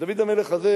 ודוד המלך הזה,